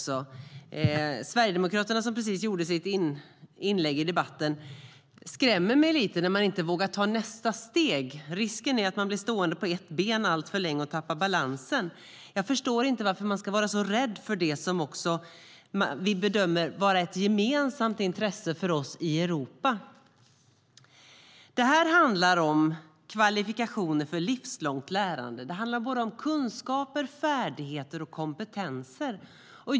Sverigedemokraterna, som precis gjorde sitt inlägg i debatten, skrämmer mig lite när de inte vågar ta nästa steg. Risken är att man blir stående på ett ben alltför länge och tappar balansen. Jag förstår inte varför man ska vara så rädd för det som vi bedömer vara ett gemensamt intresse för oss i Europa. Detta handlar om kvalifikationer för livslångt lärande. Det handlar om kunskaper, färdigheter och kompetenser.